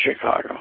Chicago